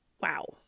Wow